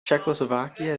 czechoslovakia